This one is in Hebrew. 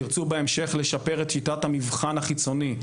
תרצו בהמשך לשפר את שיטת המבחן החיצוני,